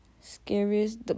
Scariest